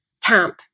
camp